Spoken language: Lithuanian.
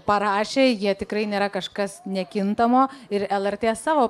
parašė jie tikrai nėra kažkas nekintamo ir lrt savo